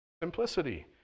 simplicity